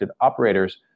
operators